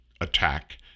attack